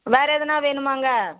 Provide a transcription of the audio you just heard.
வேறு எதனா வேணுமாங்க